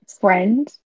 friend